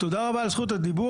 תודה רבה על זכות הדיבור,